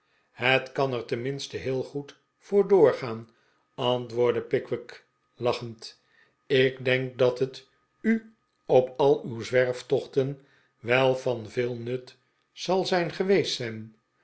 het kan er tenminste heel goed voor doorgaan antwoordde pickwick lachend ik denk dat het u op al uw zwerftochten wel van veel nut zal zijn geweest